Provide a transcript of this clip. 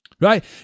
Right